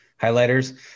highlighters